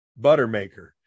Buttermaker